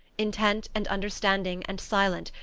intent and understanding and silent,